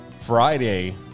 Friday